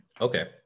Okay